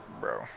Bro